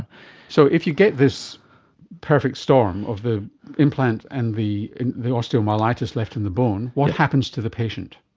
so if you get this perfect storm of the implant and the the osteomyelitis left in the bone, what happens to the patient?